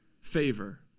favor